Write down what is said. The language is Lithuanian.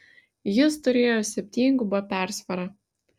jis turėjo septyngubą persvarą